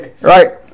right